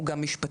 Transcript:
הוא גם משפטים,